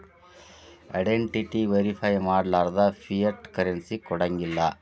identity verify ಮಾಡ್ಲಾರ್ದ fiat currency ಕೊಡಂಗಿಲ್ಲಾ